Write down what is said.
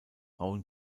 rauen